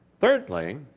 Thirdly